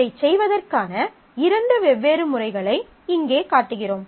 இதைச் செய்வதற்கான இரண்டு வெவ்வேறு முறைகளை இங்கே காட்டுகிறோம்